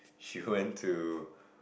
she went to